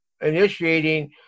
initiating